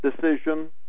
decision